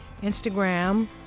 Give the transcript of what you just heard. Instagram